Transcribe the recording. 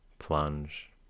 plunge